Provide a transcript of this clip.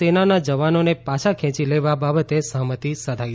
સેનાના જવાનોને પાછા ખેંચી લેવા બાબતે સહમતી સધાઇ છે